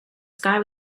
sky